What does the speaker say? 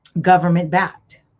government-backed